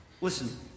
Listen